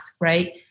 right